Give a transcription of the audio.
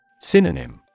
Synonym